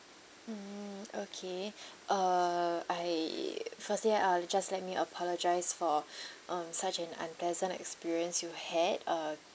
mm okay uh I firstly uh just let me apologise for um such an unpleasant experience you had uh